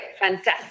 fantastic